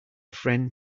friend